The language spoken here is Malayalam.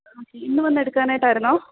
ഓക്കെ ഇന്നു വന്നെടുക്കാനായിട്ടായിരുന്നോ